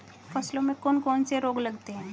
फसलों में कौन कौन से रोग लगते हैं?